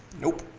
nope.